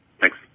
Thanks